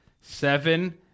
seven